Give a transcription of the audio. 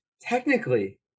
Technically